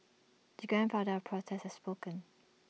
the grandfather protests has spoken